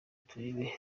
turebe